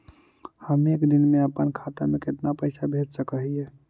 हम एक दिन में अपन खाता से कितना पैसा भेज सक हिय?